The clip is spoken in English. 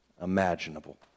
imaginable